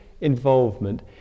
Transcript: involvement